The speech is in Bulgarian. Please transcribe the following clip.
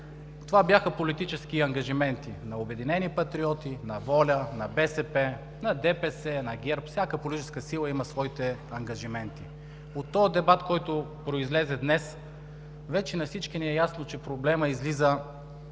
това бяха политически ангажименти на „Обединени патриоти“, на ВОЛЯ, на БСП, на ДПС, на ГЕРБ – всяка политическа сила има своите ангажименти. От дебата, който произлезе днес, вече на всички ни е ясно, че проблемът излиза